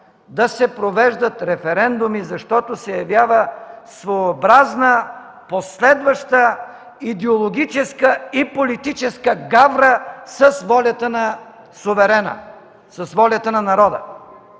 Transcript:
да се провеждат референдуми, защото се явява своеобразна последваща идеологическа и политическа гавра с волята на суверена, с волята на народа.